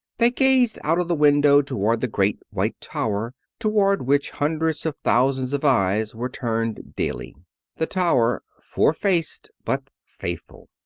they gazed out of the window toward the great white tower toward which hundreds of thousands of eyes were turned daily the tower, four-faced but faithful.